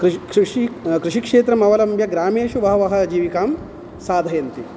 कृषिक्षेत्रमवलम्ब्य ग्रामेषु बहवः जीविजां साधयन्ति